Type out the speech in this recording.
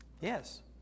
Yes